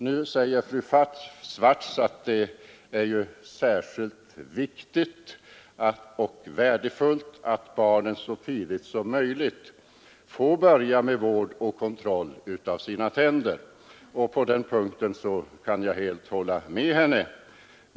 Fru Swartz sade att det är särskilt viktigt och värdefullt att barnen så tidigt som möjligt får börja med tandvård och kontroll av sina tänder, och på den punkten håller jag helt med henne.